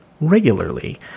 regularly